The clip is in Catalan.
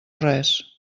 res